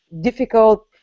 difficult